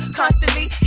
constantly